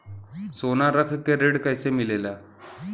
सोना रख के ऋण कैसे मिलेला?